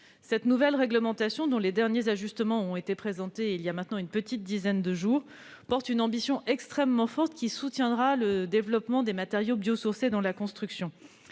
Cette nouvelle réglementation, dont les derniers ajustements ont été présentés il y a une petite dizaine de jours, porte une ambition extrêmement forte qui soutiendra le développement des matériaux biosourcés dans la construction.